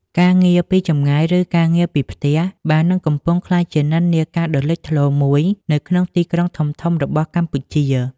ការងារពីចម្ងាយឬការងារពីផ្ទះ បាននិងកំពុងក្លាយជានិន្នាការដ៏លេចធ្លោមួយនៅក្នុងទីក្រុងធំៗរបស់កម្ពុជា។